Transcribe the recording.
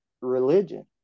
religion